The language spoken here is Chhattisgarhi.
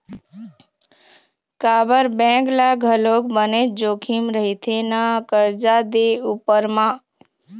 काबर बेंक ल घलोक बनेच जोखिम रहिथे ना करजा दे उपर म